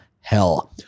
Hell